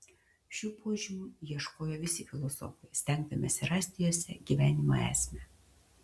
šių požymių ieškojo visi filosofai stengdamiesi rasti juose gyvenimo esmę